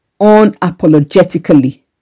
unapologetically